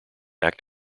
act